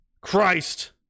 Christ